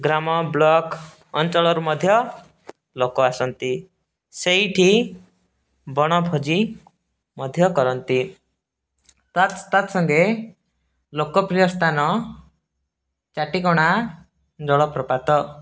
ଗ୍ରାମ block ଅଞ୍ଚଳରୁ ମଧ୍ୟ ଲୋକ ଆସନ୍ତି ସେଇଠି ବଣଭୋଜି ମଧ୍ୟ କରନ୍ତି ତା ତତ୍ ସାଙ୍ଗେ ଲୋକପ୍ରିୟ ସ୍ଥାନ ଚାଟିଗଣା ଜଳପ୍ରପାତ